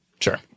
Sure